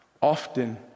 often